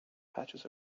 patches